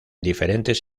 diferentes